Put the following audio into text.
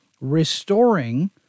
restoring